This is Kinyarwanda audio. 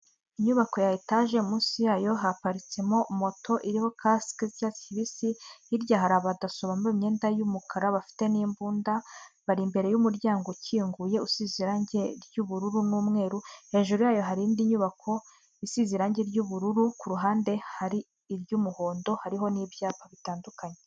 Inyubako ya etaje munsi yayo haparitsemo moto iriho kasike z'icyatsi kibisi, hirya hari abadaso bambaye imyenda y'umukara bafite n'imbunda, bari imbere y'umuryango ukinguye usize irange ry'ubururu n'umweru, hejuru yayo hari indi nyubako isize irange ry'ubururu ku ruhande hari iry'umuhondo hariho n'ibyapa bitandukanye.